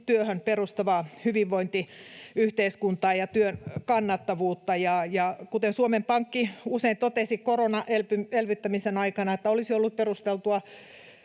työhön perustuvaa hyvinvointiyhteiskuntaa ja työn kannattavuutta. Kuten Suomen Pankki usein totesi koronaelvyttämisen aikana, olisi ollut perusteltua